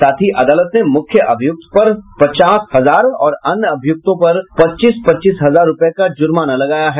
साथ ही अदालत ने मुख्य अभियुक्त पर पचास हजार और अन्य अभियुक्तों पर पच्चीस पच्चीस हजार रुपये का जुर्माना लगाया है